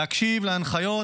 להקשיב להנחיות